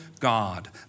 God